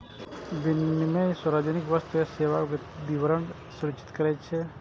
विनियम सार्वजनिक वस्तु आ सेवाक वितरण सुनिश्चित करै छै